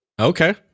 Okay